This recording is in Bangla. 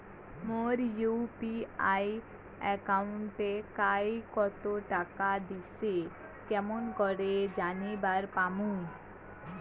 মোর ইউ.পি.আই একাউন্টে কায় কতো টাকা দিসে কেমন করে জানিবার পামু?